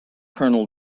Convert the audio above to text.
colonel